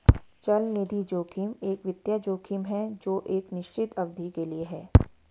चलनिधि जोखिम एक वित्तीय जोखिम है जो एक निश्चित अवधि के लिए है